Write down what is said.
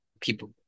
people